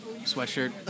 sweatshirt